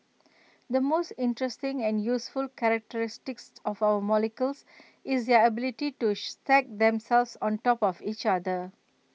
the most interesting and useful characteristics of our molecules is their ability to E stack themselves on top of each other